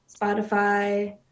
Spotify